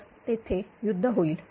तरतेथे युद्ध होईल